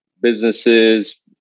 businesses